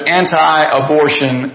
anti-abortion